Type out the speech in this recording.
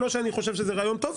לא שאני חושב שזה רעיון טוב,